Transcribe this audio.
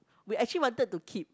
we actually wanted to keep